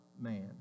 man